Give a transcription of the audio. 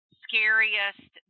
scariest